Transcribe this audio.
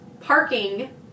parking